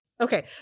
Okay